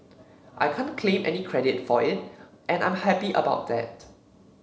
I can't claim any credit for it and I'm happy about that